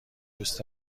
دوست